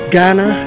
Ghana